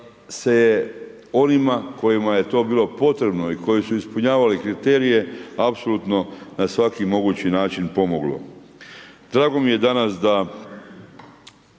je onima kojima je to bilo potrebno i koji su ispunjavali kriterije apsolutno na svaki mogući način pomoglo. Drago mi je danas da